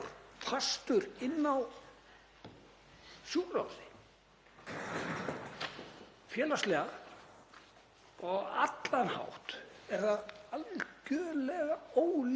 fastur inn á sjúkrahúsi. Félagslega og á allan hátt er það algjörlega ólíðandi.